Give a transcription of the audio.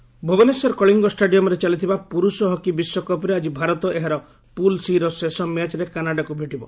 hockey Bhubaneswar Kalinga ଷ୍ଟାଡିୟମ୍ରେ ଚାଲିଥିବା ପୁରୁଷ ହକି ବିଶ୍ୱକପ୍ରେ ଆକି ଭାରତ ଏହାର ପୁଲ୍ ସି ର ଶେଷ ମ୍ୟାଚ୍ରେ କାନାଡାକୁ ଭେଟିବ